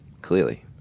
Clearly